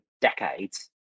decades